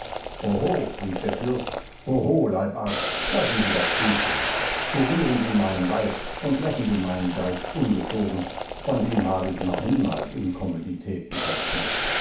hoho rief der fürst hoho leibarzt lassen sie das gut sein kurieren sie meinen leib und lassen sie meinen geist ungeschoren von dem habe ich noch niemals inkommoditäten verspürt